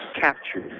captured